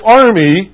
army